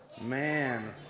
Man